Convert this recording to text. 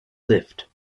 lift